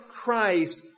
Christ